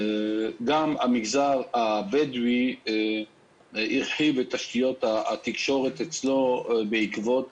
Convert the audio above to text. גם המגזר הבדואי הרחיב את תשתיות התקשורת אצלו בעקבות